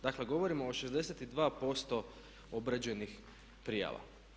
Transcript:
Dakle govorimo o 62% obrađenih prijava.